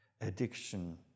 addiction